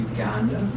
Uganda